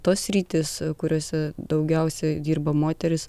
tos sritys kuriose daugiausiai dirba moterys